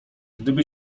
gdyby